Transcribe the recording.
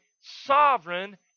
sovereign